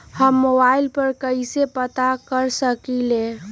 हम मोबाइल पर कईसे पता कर सकींले?